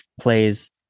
plays